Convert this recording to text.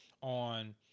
on